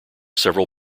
several